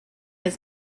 his